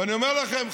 ואני אומר לכם,